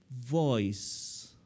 voice